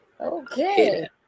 Okay